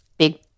big